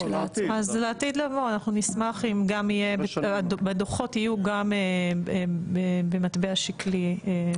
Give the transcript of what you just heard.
אז בעתיד לבוא אנחנו נשמח אם בדו"חות יהיו גם במטבח שקלי,